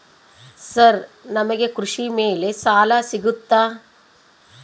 Sir ನಮಗೆ ಕೃಷಿ ಮೇಲೆ ಸಾಲ ಸಿಗುತ್ತಾ?